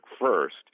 first